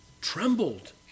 Trembled